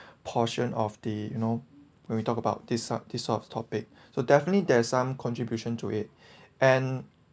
portion of the you know when we talk about this sort this sort of topic so definitely there is some contribution to it and